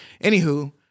anywho